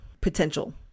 potential